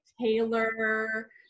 Taylor